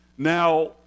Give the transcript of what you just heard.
Now